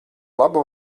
labu